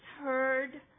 heard